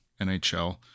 NHL